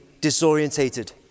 disorientated